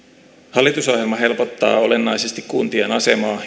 hallitusohjelma helpottaa olennaisesti kuntien asemaa